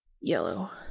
Yellow